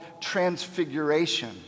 transfiguration